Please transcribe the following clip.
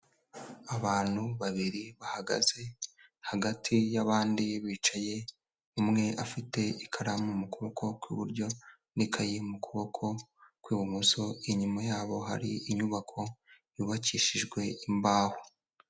Abantu babiri bahagaze hagati y'abandi bicaye umwe afite ikaramu mu kuboko kw'iburyo n'ikayi mu kuboko kw'ibumoso, inyuma yabo hari inyubako yubakishijwe imbaho.